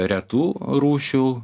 retų rūšių